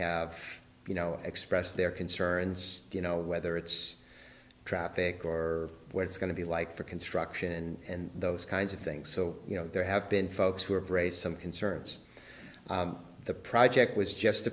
have you know express their concerns you know whether it's traffic or where it's going to be like for construction and those kinds of things so you know there have been folks who have raised some concerns the project was just